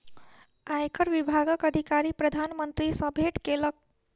आयकर विभागक अधिकारी प्रधान मंत्री सॅ भेट केलक